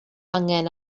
angen